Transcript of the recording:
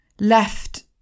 left